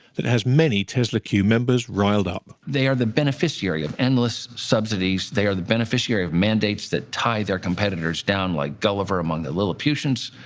that has many tesla q members riled up. they are the beneficiary of endless subsidies. they are the beneficiary of mandates that tie their competitors down like gulliver among the lilliputians.